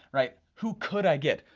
right, who could i get.